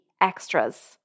extras